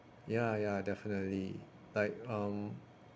ya ya definitely like um